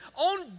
own